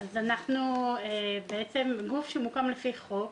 אנחנו גוף שהוקם לפי חוק.